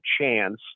chance